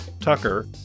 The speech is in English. Tucker